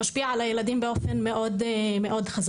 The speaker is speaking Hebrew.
זה משפיע על הילדים באופן מאוד חזק.